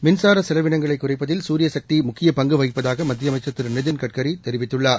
மின்சார செலவினங்களைக் குறைப்பதில் சூரிய சக்தி முக்கிய பங்கு வகிப்பதாக மத்திய அமைச்சர் திரு நிதின்கட்கரி கூறியுள்ளார்